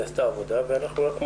נעשתה עבודה ואנחנו רק מודים.